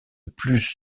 plus